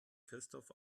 christoph